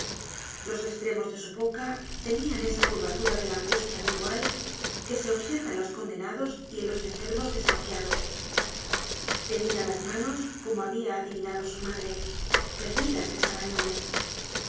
los estrenios de su boca tenían esa curvatura de la angustia habitual que se observa en los condenados y en los enfermos desahuciados tenia las manos como habia adivinado su madre perdidas de sabañones